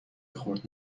میخورد